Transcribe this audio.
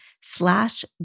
slash